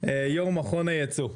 יו"ר מכון היצוא.